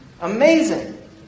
Amazing